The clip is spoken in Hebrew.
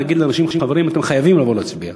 להגיד לאנשים: חברים, אתם חייבים לבוא להצביע.